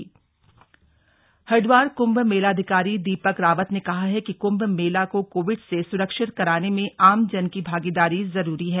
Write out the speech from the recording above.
कंभ मेलाधिकारी हरिदवार कंभ मेलाधिकारी दीपक रावत ने कहा है कि कृम्भ मेला को कोविड से सुरक्षित कराने में आमजन की भागीदारी जरूरी है